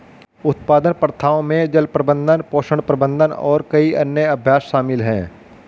उत्पादन प्रथाओं में जल प्रबंधन, पोषण प्रबंधन और कई अन्य अभ्यास शामिल हैं